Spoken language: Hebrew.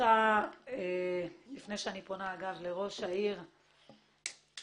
לפני שאני פונה לראש עיריית אילת,